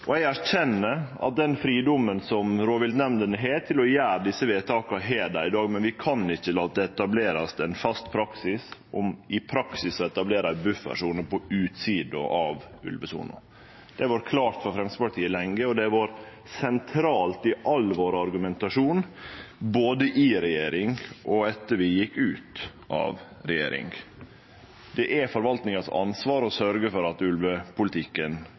Eg erkjenner at den fridomen som rovviltnemndene har til å gjere desse vedtaka, har dei i dag, men vi kan ikkje la det verte etablert ein fast praksis om i praksis å etablere ei buffersone på utsida av ulvesona. Det har vore klart for Framstegspartiet lenge, og det har vore sentralt i all vår argumentasjon både i regjering og etter at vi gjekk ut av regjering. Det er forvaltninga sitt ansvar å sørgje for at ulvepolitikken